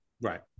right